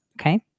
okay